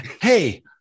hey